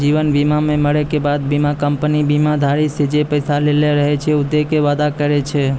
जीवन बीमा मे मरै के बाद बीमा कंपनी बीमाधारी से जे पैसा लेलो रहै छै उ दै के वादा करै छै